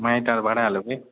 माटि आर भराय लेबै